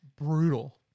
brutal